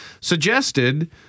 suggested